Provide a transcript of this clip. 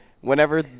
Whenever